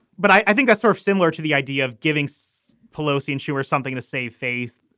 but i think i sort of similar to the idea of giving so pelosi and schumer something to save face,